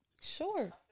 Sure